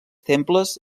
temples